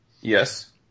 Yes